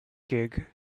gig